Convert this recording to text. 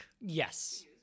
Yes